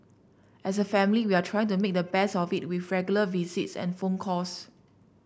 as a family we are trying to make the best of it with regular visits and phone calls